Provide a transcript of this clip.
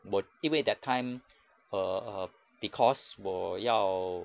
我因为 that time err because 我要